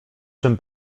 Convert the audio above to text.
czym